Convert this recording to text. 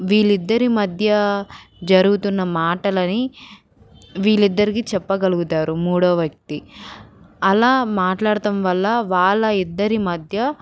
వీళ్ళు ఇద్దరి మధ్య జరుగుతున్న మాటలని వీళ్ళు ఇద్దరికీ చెప్పగలుగుతారు మూడవ వ్యక్తి అలా మాట్లాడడం వల్ల వాళ్ళ ఇద్దరి మధ్య